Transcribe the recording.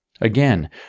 Again